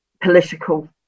political